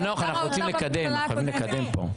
חנוך, אנחנו חייבים לקדם פה.